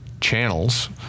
channels